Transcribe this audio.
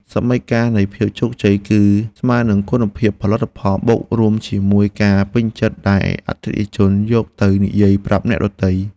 សមីការនៃភាពជោគជ័យគឺស្មើនឹងគុណភាពផលិតផលបូករួមជាមួយការពេញចិត្តដែលអតិថិជនយកទៅនិយាយប្រាប់អ្នកដទៃ។